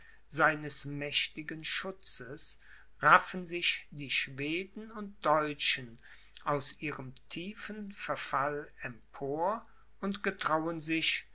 seines mächtigen schutzes raffen sich die schweden und deutschen aus ihrem tiefen verfall empor und getrauen sich